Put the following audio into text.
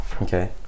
Okay